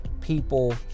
people